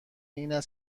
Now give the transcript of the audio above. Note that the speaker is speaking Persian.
اینه